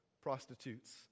prostitutes